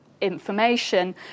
information